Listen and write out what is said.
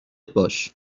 باش